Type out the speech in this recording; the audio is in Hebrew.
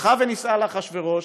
הלכה ונישאה לאחשוורוש.